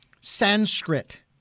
Sanskrit